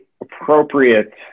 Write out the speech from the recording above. appropriate